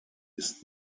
ist